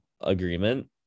agreement